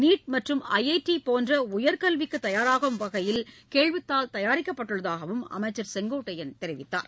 NEET மற்றும் I I T போன்ற உயர்கல்விக்கு தபாராகும் வகையில் கேள்வித்தாள் தயாரிக்கப்பட்டுள்ளதாக அமைச்சர் செங்கோட்டையன் தெரிவித்தார்